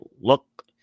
Look